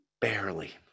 barely